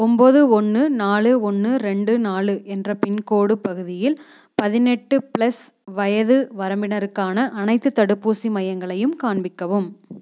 ஒன்பது ஒன்று நாலு ஒன்று ரெண்டு நாலு என்ற பின்கோடு பகுதியில் பதினெட்டு ப்ளஸ் வயது வரம்பினருக்கான அனைத்துத் தடுப்பூசி மையங்களையும் காண்பிக்கவும்